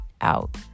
out